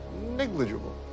negligible